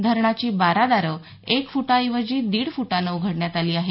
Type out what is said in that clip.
धरणाची बारा दारं एक फुटाऐवजी दीड फुटानं उघडण्यात आली आहेत